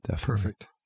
Perfect